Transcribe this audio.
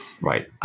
Right